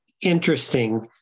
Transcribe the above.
interesting